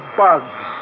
bugs